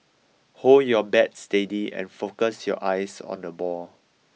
hold your bat steady and focus your eyes on the ball